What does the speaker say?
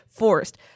Forced